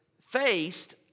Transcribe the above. faced